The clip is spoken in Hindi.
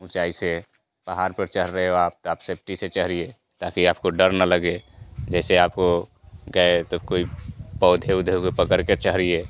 ऊँचाई से पहाड़ पर चढ़ रहे हो आप तो आप सेफ़्टी से चढ़िए ताकि आपको डर न लगे जैसे आप वो गए तो कोई पौधे ऊधे को पकड़ कर चढ़िए